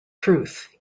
truth